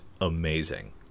amazing